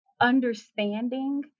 understanding